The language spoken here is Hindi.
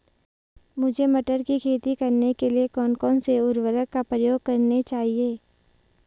मुझे मटर की खेती करने के लिए कौन कौन से उर्वरक का प्रयोग करने चाहिए?